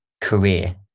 career